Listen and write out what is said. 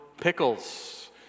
pickles